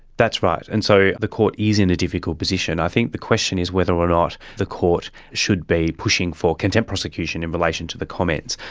that's right, and so the court is in a difficult position. i think the question is whether or not the court should be pushing for contempt prosecution in relation to the comments.